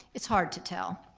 it's hard to tell.